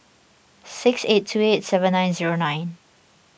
six eight two eight seven nine zero nine